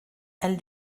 elle